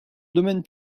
domaine